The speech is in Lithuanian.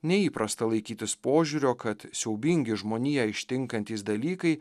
neįprasta laikytis požiūrio kad siaubingi žmoniją ištinkantys dalykai